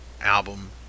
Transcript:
album